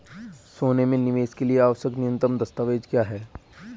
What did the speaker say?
सोने में निवेश के लिए आवश्यक न्यूनतम दस्तावेज़ क्या हैं?